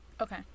Okay